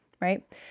Right